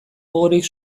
gogorik